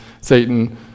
Satan